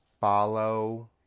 follow